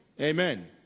Amen